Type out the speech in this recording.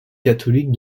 catholique